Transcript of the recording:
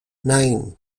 nine